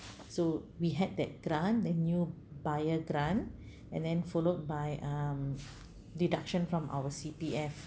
so we had that grant the new buyer grant and then followed by um deduction from our C_P_F